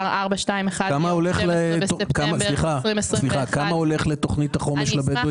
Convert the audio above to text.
מס' 421 מ-12 בספטמבר 2021. כמה הולך לתוכנית החומש לחברה הבדואית?